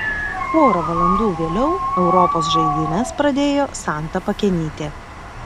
pora valandų vėliau europos žaidynes pradėjo santa pakenytė